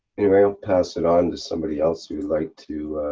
anyway, i'll pass it on to somebody else who'd like to,